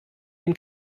den